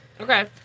Okay